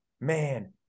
man